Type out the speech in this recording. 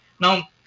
Now